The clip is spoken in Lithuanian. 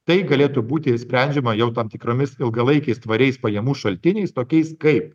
tai galėtų būti sprendžiama jau tam tikromis ilgalaikiais tvariais pajamų šaltiniais tokiais kaip